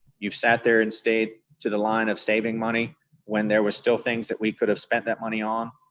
you've sat there and stayed to the line of saving money when there was still things that we could have spent that money on,